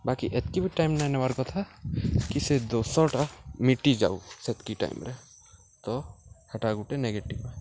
ବାକି ଏତ୍କି ବି ଟାଇମ୍ ନାଇଁ ନେବାର୍ କଥା କି ସେ ଦୋଷଟା ମିଟି ଯାଉ ସେତ୍କି ଟାଇମ୍ରେ ତ ହେଟା ଗୁଟେ ନେଗେଟିଭ୍